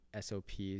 SOPs